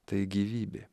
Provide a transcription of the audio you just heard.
tai gyvybė